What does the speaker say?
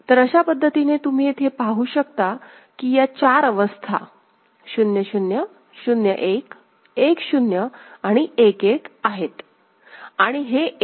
तर अशा पद्धतीने तुम्ही येथे पाहू शकता कि या चार अवस्था 0 0 0 1 1 0 आणि 1 1 आहेत